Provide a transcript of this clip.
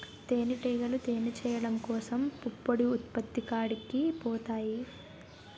తేనిటీగలు తేనె చేయడం కోసం పుప్పొడి ఉత్పత్తి కాడికి పోతాయి